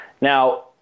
Now